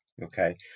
Okay